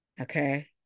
okay